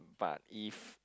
but if